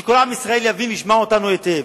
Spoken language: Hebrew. ושכל עם ישראל יבין וישמע אותנו היטב,